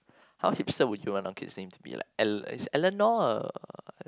how hipster would you want our kids name to be like El~ is Eleanor or